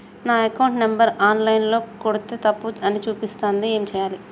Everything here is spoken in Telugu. నా అకౌంట్ నంబర్ ఆన్ లైన్ ల కొడ్తే తప్పు అని చూపిస్తాంది ఏం చేయాలి?